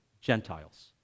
Gentiles